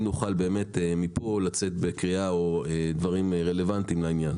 נוכל באמת מפה לצאת בקריאה או דברים רלוונטיים לעניין.